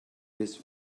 this